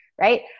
right